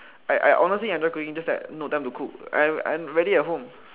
I I honestly enjoy cooking just that no time to cook I I rarely at home